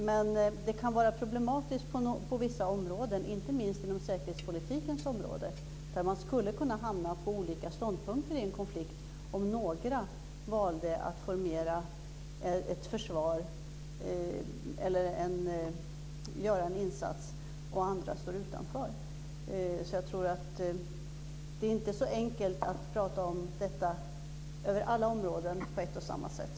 Men det kan vara problematiskt på vissa områden, inte minst på säkerhetspolitikens område där man skulle kunna hamna på olika ståndpunkter i en konflikt om några valde att göra en insats medan andra står utanför. Det är inte så enkelt att detta gäller alla områden på ett och samma sätt.